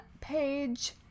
page